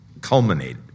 culminate